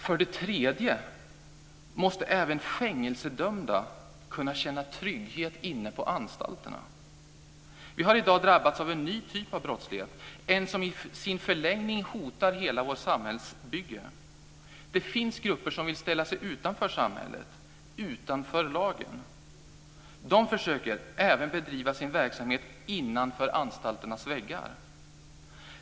För det tredje måste även fängelsedömda kunna känna trygghet inne på anstalterna. Vi har i dag drabbats av en ny typ av brottslighet, en som i sin förlängning hotar hela vårt samhällsbygge. Det finns grupper som vill ställa sig utanför samhället, utanför lagen. De försöker även bedriva sin verksamhet innanför anstalternas väggar.